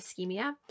ischemia